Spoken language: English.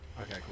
okay